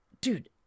dude